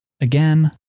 again